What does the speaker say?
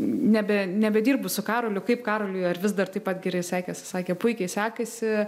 nebe nebedirbu su karoliu kaip karoliui ar vis dar taip pat gerai sekasi sakė puikiai sekasi